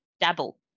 dabble